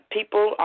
People